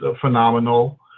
phenomenal